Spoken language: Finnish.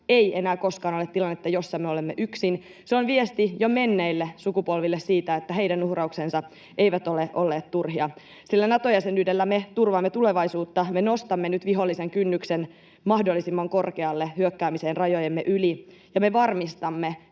ei enää koskaan ole tilannetta, jossa me olemme yksin. Se on viesti jo menneille sukupolville siitä, että heidän uhrauksensa eivät ole olleet turhia, sillä Nato-jäsenyydellä me turvaamme tulevaisuutta, me nostamme nyt vihollisen kynnyksen mahdollisimman korkealle hyökkäämiseen rajojemme yli ja me varmistamme,